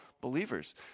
believers